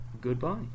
goodbye